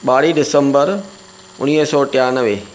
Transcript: ॿारहीं दिसंबर उणिवीह सौ टियानवे